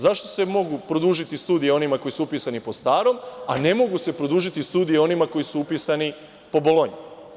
Zašto se mogu produžiti studije onima koji su upisani po starom, a ne mogu se produžiti studije onima koji su upisani po Bolonji?